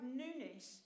newness